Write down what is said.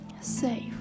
Safe